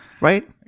Right